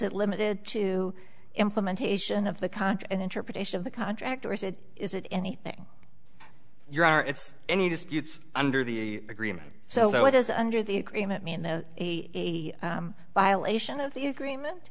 it limited to implementation of the contract and interpretation of the contract or is it is it anything your are if any disputes under the agreement so what is under the agreement mean the violation of the agreement